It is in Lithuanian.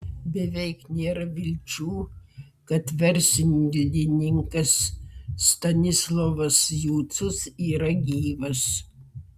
beveik nėra vilčių kad verslininkas stanislovas jucius yra gyvas